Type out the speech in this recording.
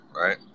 right